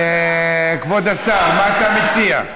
כבוד השר, מה אתה מציע?